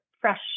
fresh